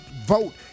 vote